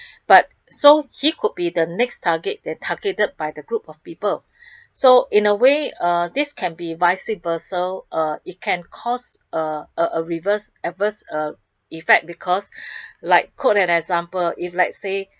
but so he could be the next target that targeted by the group of the people so in a way uh this can be vice versa uh it can cause uh uh uh reverse adverse uh effect because like quote an example if let's say